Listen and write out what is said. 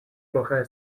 ploché